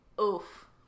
oof